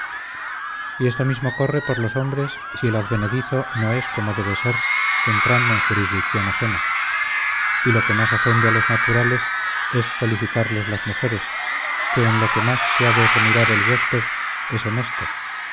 y esto mismo corre por los hombres si el advenedizo no es como debe ser entrando en jurisdicción ajena y lo que más ofende a los naturales es solicitarles las mujeres que en lo que más se ha de remirar el huésped es en esto